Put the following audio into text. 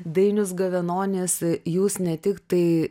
dainius gavenonis jūs ne tik tai